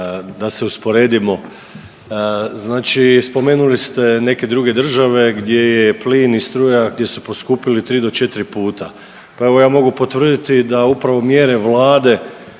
da se usporedimo. Znači spomenuli ste neke druge države gdje je plin i struja gdje su poskupili 3 do 4 puta. Pa evo ja mogu potvrditi da upravo mjere Vlade